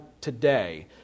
today